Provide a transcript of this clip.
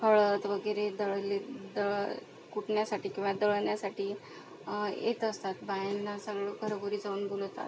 हळद वगैरे दळली दळ कुटण्यासाठी किंवा दळण्यासाठी येत असतात बायांना सगळं घरोघरी जाऊन बोलावतात